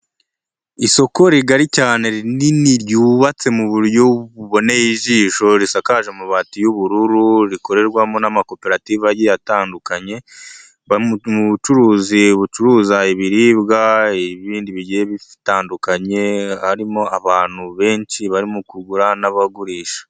Isoko rigari cyane rinini ryubatse mu buryo buboneye ijisho, risakaje amabati y'ubururu, rikorerwamo n'amakoperative atandukanye, mu bucuruzi bucuruza ibiribwa, ibindi bitandukanye, harimo abantu benshi barimo kugura n'abagurisha.